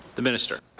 the minister.